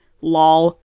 Lol